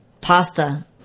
Pasta